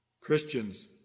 Christians